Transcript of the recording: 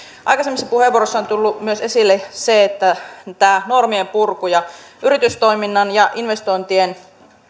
aikaisemmissa puheenvuoroissa on tullut myös esille se että tämä normien purku ja yritystoiminnan ja investointien